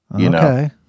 Okay